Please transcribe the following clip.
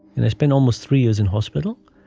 and it's been almost three years in hospital